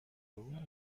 paulo